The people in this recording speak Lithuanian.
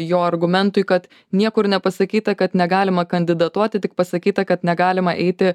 jo argumentui kad niekur nepasakyta kad negalima kandidatuoti tik pasakyta kad negalima eiti